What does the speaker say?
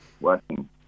working